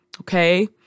okay